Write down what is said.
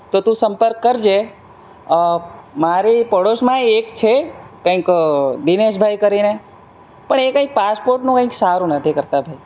તો તું સંપર્ક કરજે મારી પાડોશમાંય એક છે કંઇક દિનેશભાઈ કરીને પણ એ કાંઇક પાસપોર્ટનું કાંઇક સારું નથી કરતા ભાઈ